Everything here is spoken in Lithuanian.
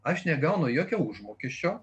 aš negaunu jokio užmokesčio